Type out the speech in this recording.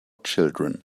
children